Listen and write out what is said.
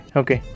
okay